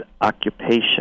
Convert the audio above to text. occupation